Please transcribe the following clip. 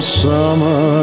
summer